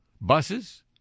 Buses